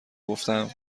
گفتم